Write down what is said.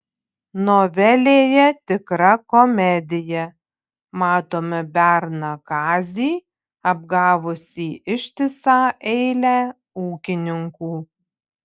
novelėje tikra komedija matome berną kazį apgavusį ištisą eilę ūkininkų